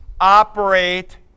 operate